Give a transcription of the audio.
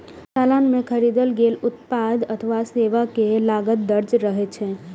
चालान मे खरीदल गेल उत्पाद अथवा सेवा के लागत दर्ज रहै छै